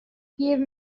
give